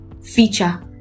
feature